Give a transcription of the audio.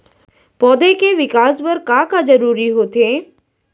पौधे के विकास बर का का जरूरी होथे?